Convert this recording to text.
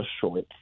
short